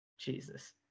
Jesus